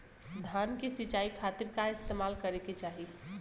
धान के सिंचाई खाती का इस्तेमाल करे के चाही?